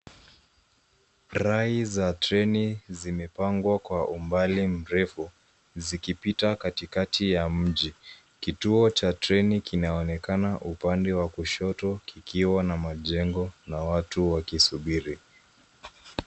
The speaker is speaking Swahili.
Rai za treni , zimepangwa kwa umbali mrefu, zikipita katikati ya mji. Kituo cha treni kinaonekana, upande wa kushoto, kikiwa na majengo, na watu wakisubiri.